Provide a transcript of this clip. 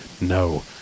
no